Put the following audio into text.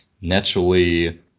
naturally